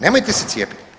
Nemojte se cijepiti.